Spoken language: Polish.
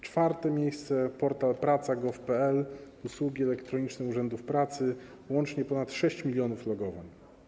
Czwarte miejsce: portal praca.gov.pl, usługi elektroniczne urzędów pracy - łącznie ponad 6 mln logowań.